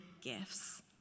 gifts